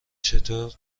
چطور